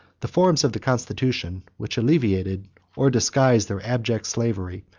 the forms of the constitution, which alleviated or disguised their abject slavery,